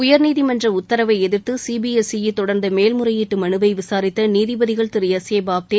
உயர்நீதிமன்ற உத்தரவை எதிர்த்து சிபிஎஸ்ஈ தொடர்ந்த மேல் முறையீட்டு மனுவை விசாரித்த நீதிபதிகள் திரு எஸ் ஏ பாப்தே